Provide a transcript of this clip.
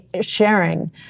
sharing